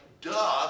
duh